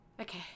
okay